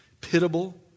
pitiable